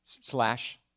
slash